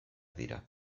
dira